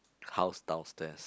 house downstairs